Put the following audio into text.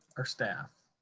our staff?